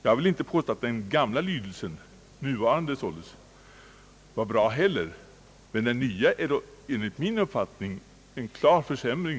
Jag vill inte påstå att den gamla — det vill säga den nuvarande — lydelsen heller var bra, men den nya är enligt min uppfattning en klar försämring.